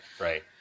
right